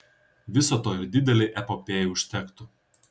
viso to ir didelei epopėjai užtektų